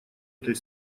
этой